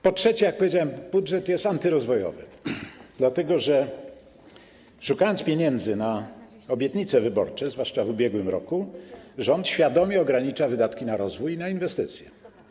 Po trzecie, jak powiedziałem, budżet jest antyrozwojowy, dlatego że, szukając pieniędzy na obietnice wyborcze, zwłaszcza w ubiegłym roku, rząd świadomie ogranicza wydatki na rozwój i na inwestycje.